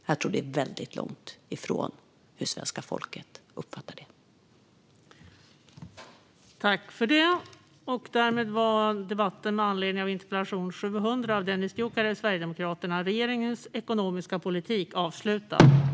Jag tror att det ligger väldigt långt från hur svenska folket uppfattar det.